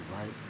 right